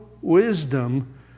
Wisdom